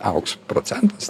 aukso procentas